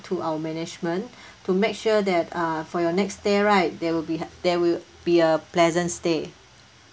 to our management to make sure that uh for your next stay right there will be ha~ there will be a pleasant stay